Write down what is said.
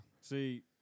See